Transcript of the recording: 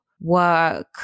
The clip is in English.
work